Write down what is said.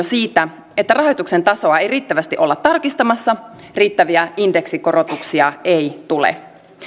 siitä että rahoituksen tasoa ei riittävästi olla tarkistamassa riittäviä indeksikorotuksia ei tule